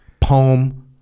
poem